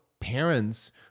parents